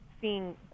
seeing